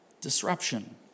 disruption